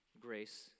grace